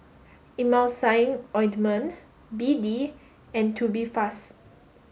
Emulsying ointment B D and Tubifast